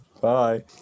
bye